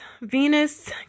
Venus